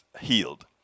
healed